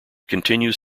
continues